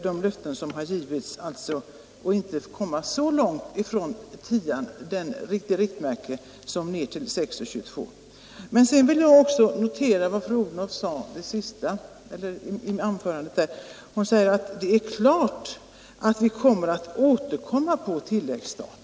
De hade hoppats att inte komma så långt från 10 kronor som riktmärke som ner till 6:22 kronor. Sedan vill jag notera vad fru Odhnoff sade i sitt senaste anförande. Hon sade: Det är klart att vi kommer att återkomma på tilläggsstat.